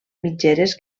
mitgeres